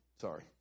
sorry